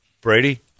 Brady